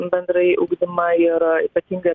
bendrąjį ugdymą ir ypatingai